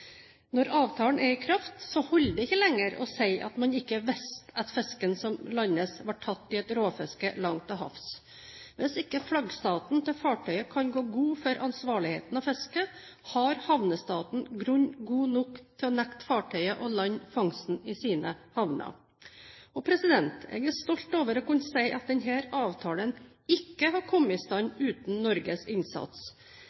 Når avtalen er i kraft, holder det ikke lenger å si at man ikke visste at fisken som landes, ble tatt i et rovfiske langt til havs. Hvis ikke flaggstaten til fartøyet kan gå god for ansvarligheten av fisket, har havnestaten grunn god nok til å nekte fartøyet å lande fangsten i sine havner. Jeg er stolt over å kunne si at denne avtalen ikke hadde kommet i